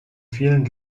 vielen